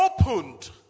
opened